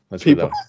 People